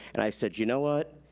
and i said, you know what?